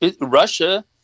Russia